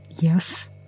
Yes